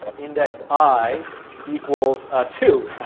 index i equals ah two,